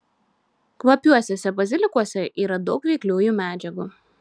kvapiuosiuose bazilikuose yra daug veikliųjų medžiagų